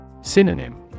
Synonym